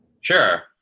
Sure